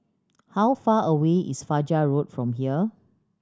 how far away is Fajar Road from here